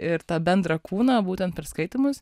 ir tą bendrą kūną būtent per skaitymus